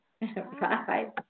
Bye